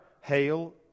hail